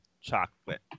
chocolate